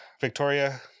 Victoria